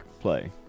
play